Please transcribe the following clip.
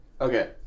okay